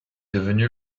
devenue